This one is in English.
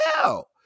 hell